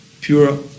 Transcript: pure